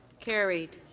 carried.